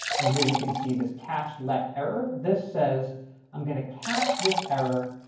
and here you can see this catch let error. this says i'm going to catch this error.